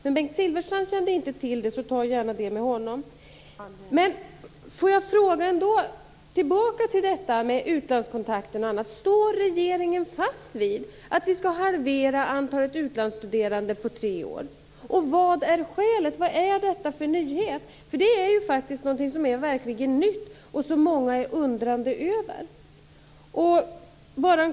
Men Bengt Silfverstrand kände inte till detta så ta gärna frågan med honom. Jag vill återkomma till detta med utlandskontakter. Står regeringen fast vid att antalet utlandsstuderande skall halveras under tre år? Vad är skälet? Vad är detta för nyhet? Det är ju faktiskt någonting som är verkligen nytt och som många är undrande över.